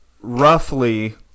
roughly